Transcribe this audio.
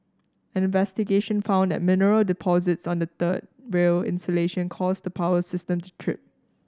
an investigation found that mineral deposits on the third rail insulation caused the power system to trip